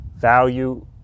Value